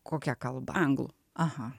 kokia kalba anglų aha